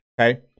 Okay